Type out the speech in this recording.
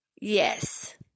Yes